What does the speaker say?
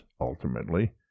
ultimately